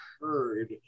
heard